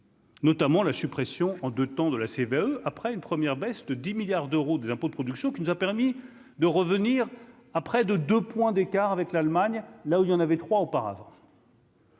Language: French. Notamment la suppression en 2 temps de la CVAE après une première baisse de 10 milliards d'euros des impôts de production qui nous a permis de revenir à près de 2 points d'écart avec l'Allemagne, là où il y en avait trois auparavant.